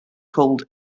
called